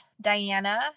Diana